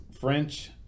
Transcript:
French